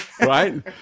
right